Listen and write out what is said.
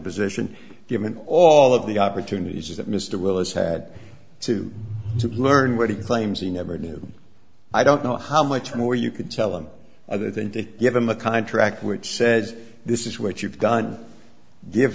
position given all of the opportunities that mr willis had to to learn what he claims he never knew i don't know how much more you could tell him other than to give him a contract which says this is what you've done give